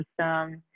system